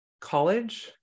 college